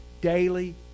daily